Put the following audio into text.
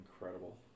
incredible